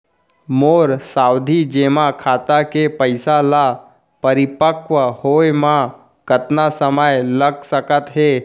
मोर सावधि जेमा खाता के पइसा ल परिपक्व होये म कतना समय लग सकत हे?